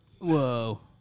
Whoa